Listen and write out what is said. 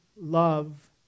love